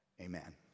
Amen